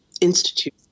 Institute